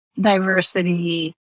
diversity